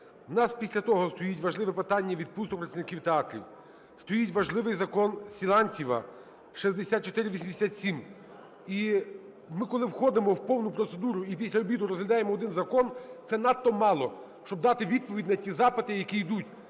у нас після того стоїть важливе питання відпусток працівників театрів, стоїть важливий закон Силантьєва, 6487. І ми, коли входимо в повному процедуру, і після обіду розглядаємо один закон це надто мало, щоб дати відповідь на ті запити, які йдуть